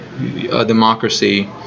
democracy